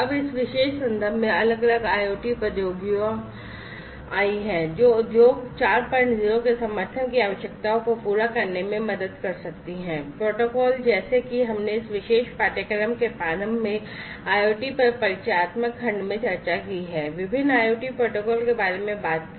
अब इस विशेष संदर्भ में अलग अलग IoT प्रौद्योगिकियां आई हैं जो उद्योग 40 के समर्थन की आवश्यकताओं को पूरा करने में मदद कर सकती हैं प्रोटोकॉल जैसे कि हमने इस विशेष पाठ्यक्रम के प्रारंभ में IoT पर परिचयात्मक खंड में चर्चा की है विभिन्न IoT प्रोटोकॉल के बारे में बात की